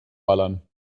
ballern